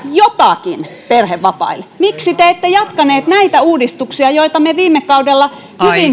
jotakin perhevapaille miksi te ette jatkaneet näitä uudistuksia joita me viime kaudella